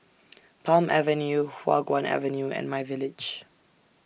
Palm Avenue Hua Guan Avenue and MyVillage